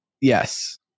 Yes